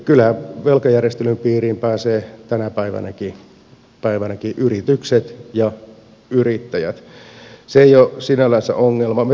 kyllähän velkajärjestelyn piiriin pääsevät tänä päivänäkin yritykset ja yrittäjät se ei ole sinällänsä ongelma